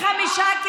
אנשים, זה בני אדם.